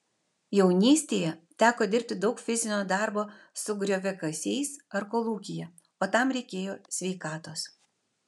jaunystėje teko dirbti daug fizinio darbo su grioviakasiais ar kolūkyje o tam reikėjo sveikatos